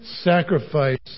sacrifice